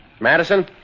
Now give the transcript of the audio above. Madison